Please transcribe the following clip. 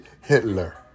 Hitler